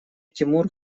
тимур